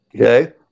Okay